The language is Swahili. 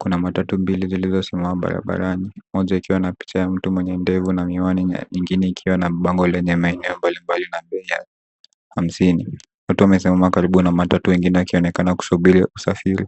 Kuna matatu mbili zilizosimama barabarani. Moja ikiwa na picha ya mtu mwenye ndevu na miwani na nyingine ikiwa na bango lenye maeneo mbalimbali na bei ya hamsini. Watu wamesimama karibu na matatu wengine wakionekana kusubiri usafiri.